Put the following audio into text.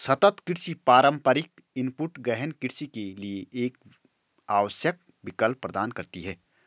सतत कृषि पारंपरिक इनपुट गहन कृषि के लिए एक आवश्यक विकल्प प्रदान करती है